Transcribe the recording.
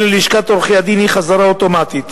אל לשכת עורכי-הדין היא חזרה אוטומטית,